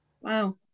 wow